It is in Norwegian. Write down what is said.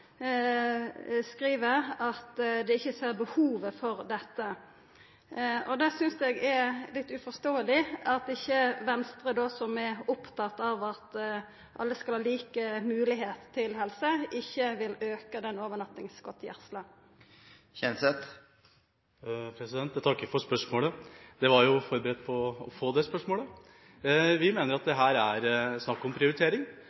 skriv at dei ikkje ser behovet for dette. Eg synest det er litt uforståeleg at Venstre, som er opptatt av at alle skal ha like moglegheiter til helse, ikkje vil auka overnattingsgodtgjersla. Jeg takker for spørsmålet. Jeg var forberedt på å få det spørsmålet. Vi mener at det her er snakk om prioritering.